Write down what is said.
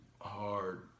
hard